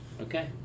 Okay